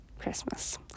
Christmas